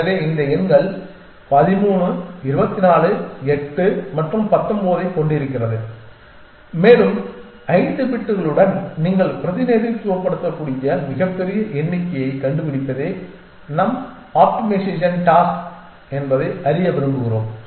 எனவே இந்த 4 எண்கள் 13 24 8 மற்றும் 19 ஐக் கொண்டிருக்கிறோம் மேலும் 5 பிட்களுடன் நீங்கள் பிரதிநிதித்துவப்படுத்தக்கூடிய மிகப்பெரிய எண்ணிக்கையைக் கண்டுபிடிப்பதே நம் ஆப்டிமேஷன் டாஸ்க் என்பதை அறிய விரும்புகிறோம்